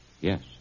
Yes